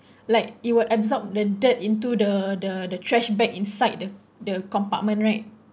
like it will absorb the dirt into the the the trash bag inside the the compartment right